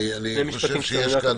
אני לא חושב שיש פה